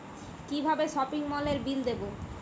কিভাবে সপিং মলের বিল দেবো?